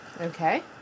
Okay